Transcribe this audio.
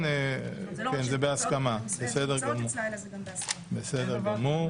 כן, זה בהסכמה, בסדר גמור.